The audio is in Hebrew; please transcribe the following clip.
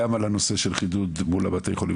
גם על הנושא של חידוד מול בתי החולים,